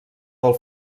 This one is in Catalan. del